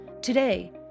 Today